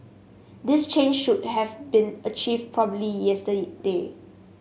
this change should have been achieved probably yesterday